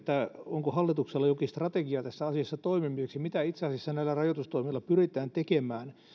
onko hallituksella jokin strategia tässä asiassa toimenpiteiksi mitä itse asiassa näillä rajoitustoimilla pyritään tekemään mikä